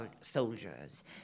soldiers